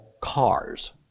cars